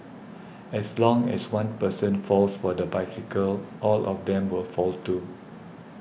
as long as one person falls for the bicycle all of them will fall too